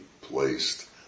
placed